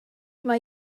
mae